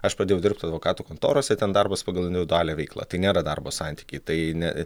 aš pradėjau dirbt advokatų kontorose ten darbas pagal individualią veiklą tai nėra darbo santykiai tai ne